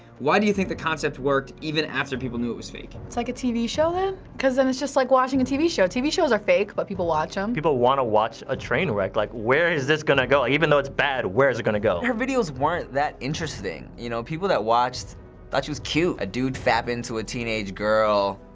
why do you think the concept worked even after people knew it was fake? it's like a tv show then. cause then it's just like watching a tv show. tv shows are fake, but people watch em. people want to watch a train wreck. like, where is this gonna go? even though it's bad, bad, where is it gonna go? her videos weren't that interesting, you know? people that watched thought she was cute. a dude fapping to a teenage girl